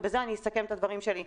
בזה אסכם את הדברים שלי,